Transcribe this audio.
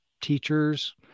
teachers